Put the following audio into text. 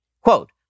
Quote